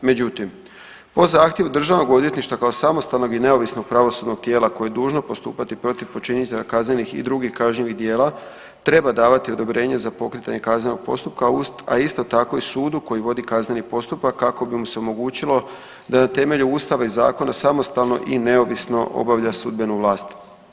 Međutim, po zahtjevu Državnog odvjetništva kao samostalnog i neovisnog pravosudnog tijela koje je dužno postupati protiv počinitelja kaznenih i drugih kažnjivih djela treba davati odobrenje za pokretanje kaznenog postupka, a isto tako i sudu koji vodi kazneni postupak kako bi mu se omogućilo da na temelju Ustava i zakona samostalno i neovisno obavlja sudbenu vlast.